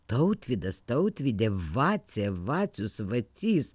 tautvydas tautvydė vacė vacius vacys